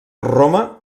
roma